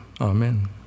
amen